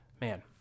man